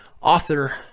author